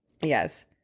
Yes